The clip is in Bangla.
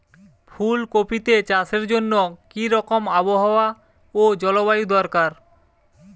ফুল কপিতে চাষের জন্য কি রকম আবহাওয়া ও জলবায়ু দরকার?